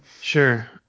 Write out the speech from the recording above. Sure